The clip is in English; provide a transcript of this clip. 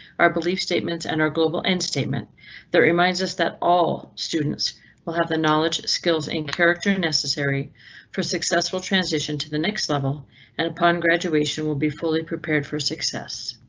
our belief statements and our global and statement that reminds us that all students will have the knowledge, skills in character necessary for successful transition to the next level and upon graduation will be fully prepared for success.